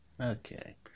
Okay